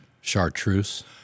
chartreuse